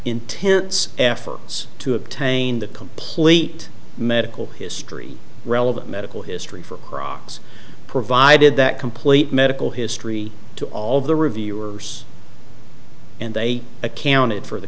intense efforts to obtain the complete medical history relevant medical history for crocs provided that complete medical history to all the reviewers and they accounted for the